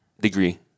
degree